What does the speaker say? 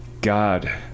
God